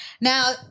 Now